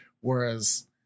Whereas